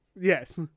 Yes